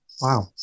Wow